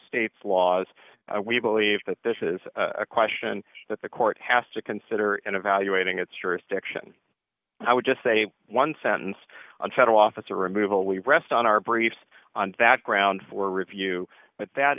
states laws we believe that this is a question that the court has to consider in evaluating its jurisdiction i would just say one sentence on federal officer removal we rest on our briefs on that ground for review but that